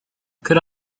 could